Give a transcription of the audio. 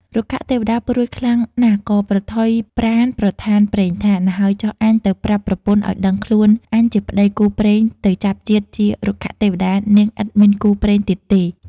រុក្ខទេវតាព្រួយខ្លាំងណាស់ក៏ ប្រថុយប្រាណប្រថានព្រេងថា ណ្ហើយចុះអញទៅប្រាប់ប្រពន្ធឱ្យដឹងខ្លួនអញជាប្ដីគូព្រេងទៅចាប់ជាតិជា រុក្ខទេវតា នាងឥតមានគូព្រេងទៀតទេ។